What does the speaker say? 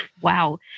wow